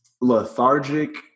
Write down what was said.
Lethargic